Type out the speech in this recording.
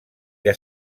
que